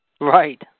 Right